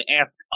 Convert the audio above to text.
ask